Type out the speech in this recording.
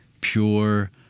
pure